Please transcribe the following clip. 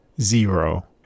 zero